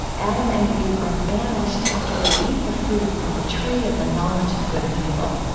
adam and eve are banished after they eat the fruit from the tree of the knowledge of good and evil.